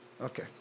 okay